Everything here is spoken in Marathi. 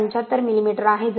75 मिलीमीटर आहे जो 9